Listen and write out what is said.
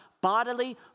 bodily